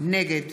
נגד